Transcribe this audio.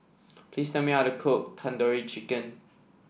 please tell me how to cook Tandoori Chicken